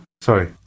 sorry